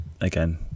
again